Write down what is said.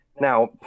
now